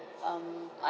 um I'm